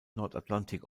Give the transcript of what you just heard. nordatlantik